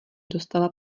dostala